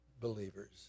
believers